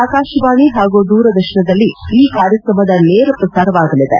ಆಕಾಶವಾಣಿ ಹಾಗೂ ದೂರದರ್ಶನದಲ್ಲಿ ಈ ಕಾರ್ಯಕ್ರಮದ ನೇರಪ್ರಸಾರವಾಗಲಿದೆ